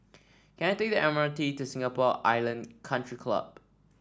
can I take the M R T to Singapore Island Country Club